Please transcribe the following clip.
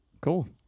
Cool